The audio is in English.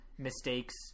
mistakes